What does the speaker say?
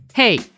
Hey